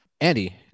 andy